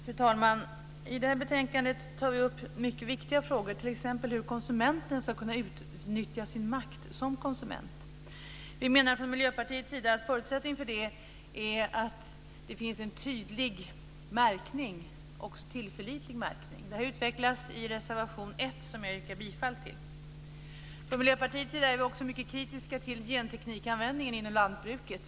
Fru talman! I det här betänkandet tar vi upp mycket viktiga frågor, t.ex. hur konsumenten ska kunna utnyttja sin makt som konsument. Vi menar från Miljöpartiets sida att förutsättningen för det är att det finns en tydlig och tillförlitlig märkning. Detta utvecklas i reservation 1, som jag yrkar bifall till. Vi är från Miljöpartiets sida också mycket kritiska till genteknikanvändningen inom lantbruket.